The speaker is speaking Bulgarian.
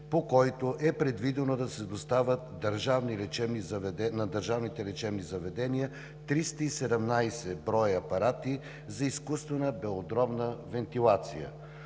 по който е предвидено да се доставят на държавните лечебни заведения 317 броя апарати за изкуствена белодробна вентилация.